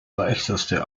leichteste